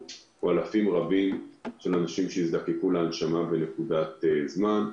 הוא של אלפים רבים שיזדקקו להנשמה בנקודת זמן כלשהי,